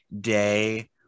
day